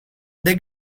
they